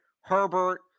Herbert